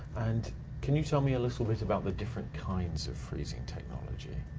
and can you tell me a little bit about the different kinds of freezing technology?